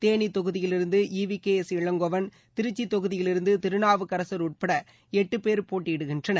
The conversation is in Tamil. தேனி தொகுதியிலிருந்து E V K S Elangovan Tiruchi தொகுதியிலிருந்து திருநாவுக்கரசர் உட்பட எட்டு பேர் போட்டியிடுகின்றனர்